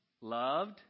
loved